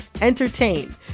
entertain